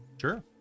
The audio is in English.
sure